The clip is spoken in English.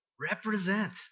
Represent